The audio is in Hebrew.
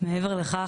מעבר לכך,